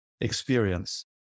experience